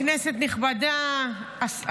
כנסת נכבדה,